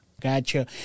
Gotcha